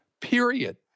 period